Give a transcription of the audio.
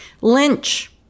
Lynch